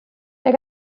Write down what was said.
der